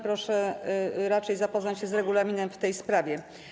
Proszę raczej zapoznać się z regulaminem w tej sprawie.